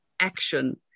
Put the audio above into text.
action